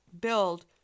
build